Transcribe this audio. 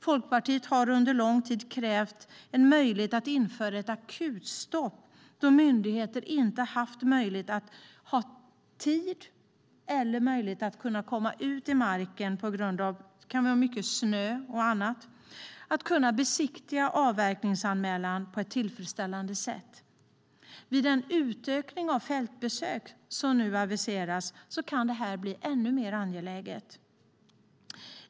Folkpartiet har under lång tid krävt en möjlighet att införa ett akutstopp då myndigheter inte haft tid eller möjlighet att komma ut till marken, det kan vara snö och annat, och besiktiga avverkningsanmälan på ett tillfredsställande sätt. Vid en utökning av fältbesök, som nu aviseras, kan detta bli ännu mer angeläget.